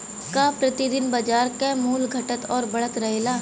का प्रति दिन बाजार क मूल्य घटत और बढ़त रहेला?